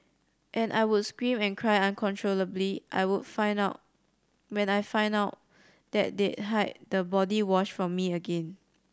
and I would scream and cry uncontrollably I would found out when I found out that they'd hid the body wash from me again